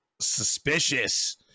suspicious